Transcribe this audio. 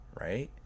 right